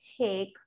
take